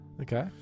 Okay